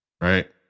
right